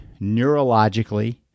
neurologically